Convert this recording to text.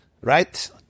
right